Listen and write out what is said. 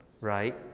right